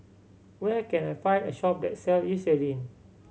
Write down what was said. where can I find a shop that sell Eucerin